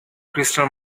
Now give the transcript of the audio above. crystal